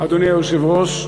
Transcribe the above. אדוני היושב-ראש חברי,